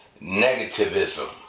negativism